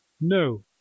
No